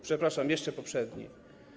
Przepraszam, jeszcze poprzedni.